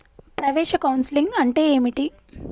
ప్రవేశ కౌన్సెలింగ్ అంటే ఏమిటి?